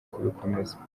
kubikomeza